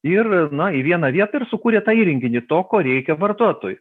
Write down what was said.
ir na į vieną vietą ir sukūrė tą įrenginį to ko reikia vartotojui